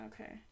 Okay